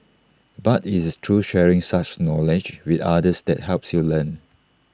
but IT is through sharing such knowledge with others that helps you learn